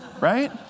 right